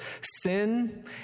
sin